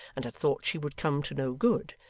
and had thought she would come to no good,